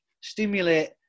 stimulate